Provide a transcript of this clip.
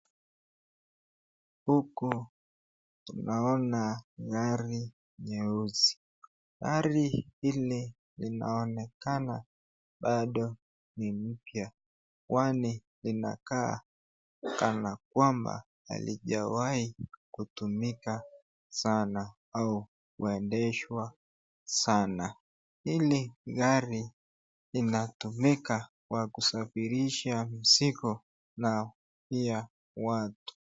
Huku naona gari nyeusi. Gari hili linaonekana bado ni kwani inakaa kanakwamba halijawai kutumika sana au kuendeshwa sana. Hili gari inatumika kwa kusafirisha mzigo na pia watu.